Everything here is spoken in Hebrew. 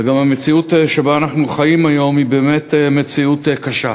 וגם המציאות שבה אנחנו חיים היום היא באמת מציאות קשה.